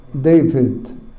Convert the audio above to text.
David